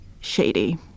shady